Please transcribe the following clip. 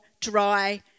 dry